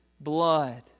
blood